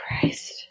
Christ